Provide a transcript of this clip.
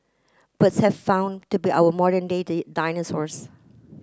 birds have found to be our modern day day dinosaurs